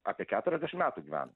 apie keturiasdešim metų gyvena